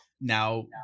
now